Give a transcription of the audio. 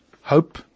Hope